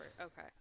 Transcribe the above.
Okay